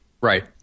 Right